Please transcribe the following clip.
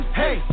hey